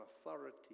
authority